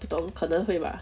不懂可能会 bah